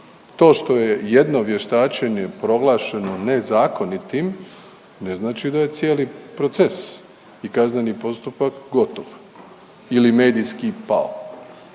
To što je jedno vještačenje proglašeno nezakonitim ne znači da je cijeli proces i kazneni postupak gotov ili medijski pao.